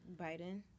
Biden